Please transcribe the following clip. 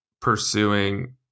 pursuing